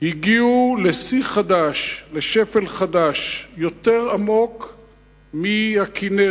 הגיעו לשיא חדש, לשפל חדש, יותר עמוק מהכינרת,